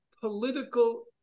political